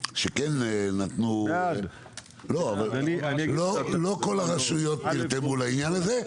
שכן נתנו לא כל הרשויות נרתמו לעניין הזה,